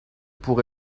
pour